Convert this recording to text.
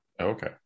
okay